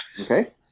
Okay